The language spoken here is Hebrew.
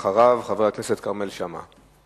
אחריו, חבר הכנסת כרמל שאמה.